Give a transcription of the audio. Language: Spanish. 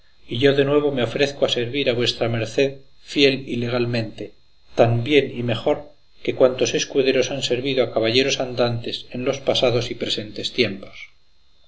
y yo de nuevo me ofrezco a servir a vuestra merced fiel y legalmente tan bien y mejor que cuantos escuderos han servido a caballeros andantes en los pasados y presentes tiempos